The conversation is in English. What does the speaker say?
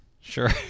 Sure